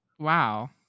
Wow